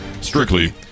strictly